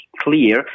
clear